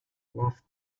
whilst